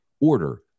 order